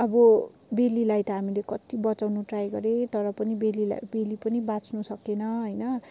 अब बेलीलाई त हामीले कति बचाउनु ट्राई गरेँ तर पनि बेलीलाई बेली पनि बाँच्न सकेन होइन